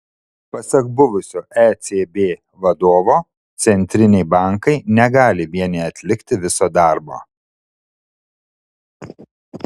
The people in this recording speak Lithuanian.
pasak buvusio ecb vadovo centriniai bankai negali vieni atlikti viso darbo